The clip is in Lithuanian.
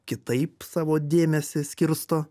kitaip savo dėmesį skirsto